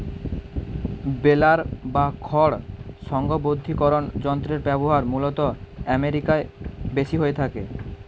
বেলার বা খড় সংঘবদ্ধীকরন যন্ত্রের ব্যবহার মূলতঃ আমেরিকায় বেশি হয়ে থাকে